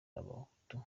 n’abahutu